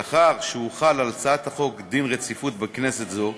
לאחר שהוחל על הצעת החוק דין רציפות בכנסת זאת,